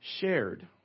shared